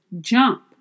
jump